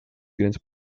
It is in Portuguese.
grandes